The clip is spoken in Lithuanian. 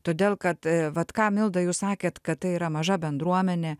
todėl kad a vat ką milda jūs sakėt kad tai yra maža bendruomenė